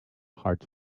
hard